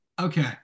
Okay